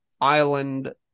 Island